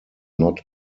not